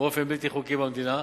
באופן בלתי חוקי במדינה,